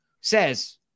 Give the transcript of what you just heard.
says